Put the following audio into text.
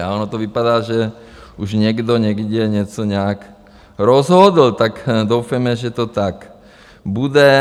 A ono to vypadá, že už někdo někde něco nějak rozhodl, tak doufejme, že to tak bude.